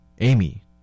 Amy